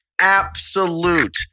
absolute